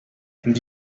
and